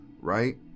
right